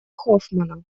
хоффмана